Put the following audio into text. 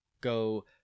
go